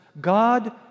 God